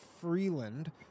Freeland